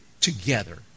together